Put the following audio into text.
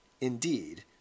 indeed